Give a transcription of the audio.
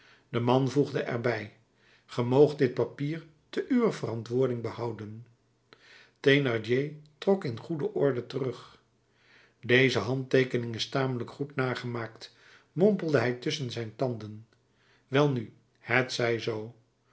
de man voegde er bij ge moogt dit papier te uwer verantwoording behouden thénardier trok in goede orde terug deze handteekening is tamelijk goed nagemaakt mompelde hij tusschen zijn tanden welnu het zij zoo